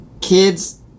kids